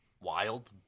wild